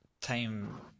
time